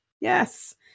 Yes